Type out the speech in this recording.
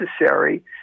necessary